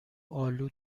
آلو